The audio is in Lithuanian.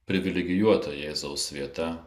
privilegijuota jėzaus vieta